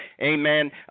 amen